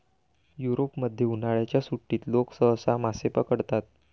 युरोपमध्ये, उन्हाळ्याच्या सुट्टीत लोक सहसा मासे पकडतात